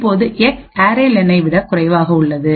இப்போது x array லெனைarray len விட குறைவாக உள்ளது